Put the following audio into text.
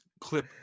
clip